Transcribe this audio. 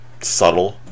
subtle